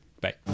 bye